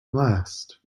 last